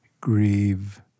grieve